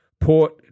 Port